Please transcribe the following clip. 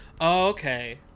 Okay